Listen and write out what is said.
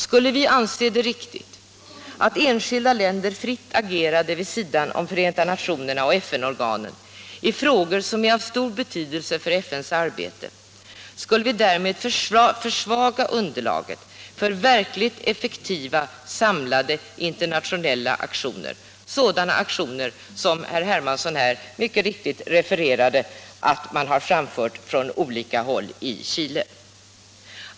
Skulle vi anse det riktigt att enskilda länder fritt agerade vid sidan om Förenta nationerna och FN-organen i frågor som är av stor betydelse för FN:s arbete, skulle vi därmed försvaga underlaget för verkligt effektiva samlade internationella aktioner, sådana aktioner som herr Hermansson här mycket riktigt refererade att man har fört fram från olika håll i fråga om Chile.